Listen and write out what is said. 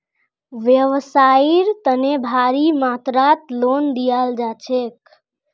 व्यवसाइर तने भारी मात्रात लोन दियाल जा छेक